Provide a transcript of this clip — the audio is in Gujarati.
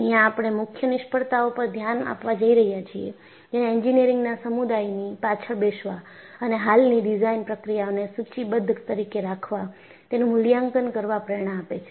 અહિયાં આપણે મુખ્ય નિષ્ફળતાઓ પર ધ્યાન આપવા જઈ રહ્યા છીએ જેને એન્જિનિયરિંગના સમુદાયની પાછળ બેસવા અને હાલની ડિઝાઇન પ્રક્રિયાઓને સૂચિબદ્ધ તરીકે રાખવા તેનું મૂલ્યાંકન કરવા પ્રેરણા આપે છે